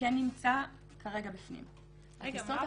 לא את הקבוצה, רק את הצוות